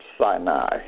Sinai